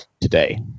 today